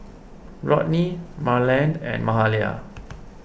Rodney Marland and Mahalia